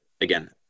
again